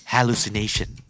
Hallucination